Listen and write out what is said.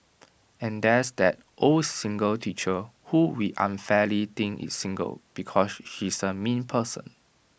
and there's that old single teacher who we unfairly think is single because she's A mean person